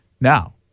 Now